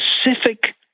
specific